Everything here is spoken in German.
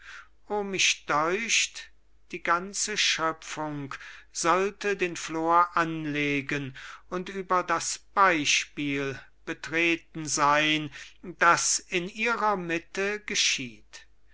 mich däucht die ganze schöpfung sollte den flor anlegen und über das beispiel betreten sein das in ihrer mitte geschieht es